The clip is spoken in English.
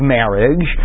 marriage